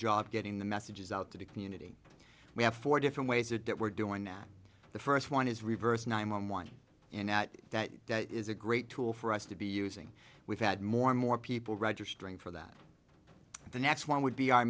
job getting the messages out to the community we have four different ways that we're doing now the first one is reverse nine one one in out that that is a great tool for us to be using we've had more and more people registering for that the next one would be our